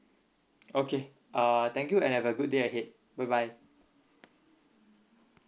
okay uh thank you and have a good day ahead bye bye